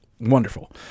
Wonderful